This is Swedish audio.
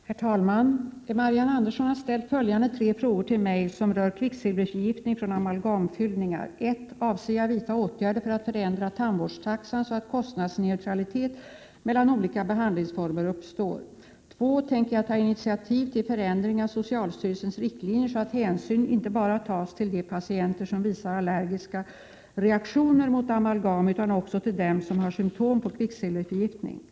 Herr talman! Marianne Andersson har ställt följande tre frågor till mig som rör kvicksilverförgiftning från amalgamfyllningar. 2. Tänker socialministern ta initiativ till förändring av socialstyrelsens riktlinjer så att hänsyn inte bara tas till de patienter som visar allergiska reaktioner mot amalgam utan också till dem som har symptom på kvicksilverförgiftning?